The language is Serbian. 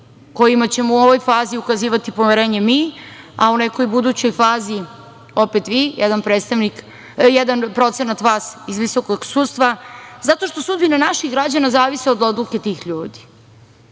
kojima ćemo u ovoj fazi ukazivati poverenje mi, a o nekoj budućoj fazi opet vi, jer jedan procenat vas iz Visokog saveta sudstva, zato što sudbina naših građana zavisi od odluke tih ljudi.